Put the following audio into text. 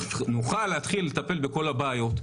נוכל להתחיל לטפל בכל הבעיות,